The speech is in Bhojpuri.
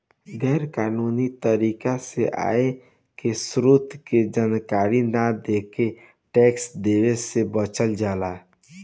गैर कानूनी तरीका से आय के स्रोत के जानकारी न देके टैक्स देवे से बचल जाला